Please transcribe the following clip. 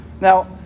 Now